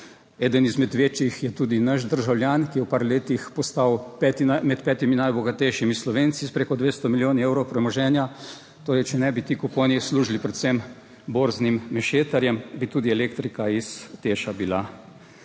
eden izmed večjih je tudi naš državljan, ki je v par letih postal med petimi najbogatejšimi Slovenci s preko 200 milijonov evrov premoženja torej, če ne bi ti kuponi služili predvsem borznim mešetarjem, bi tudi elektrika iz Teša bila